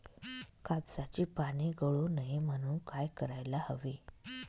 कापसाची पाने गळू नये म्हणून काय करायला हवे?